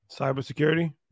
Cybersecurity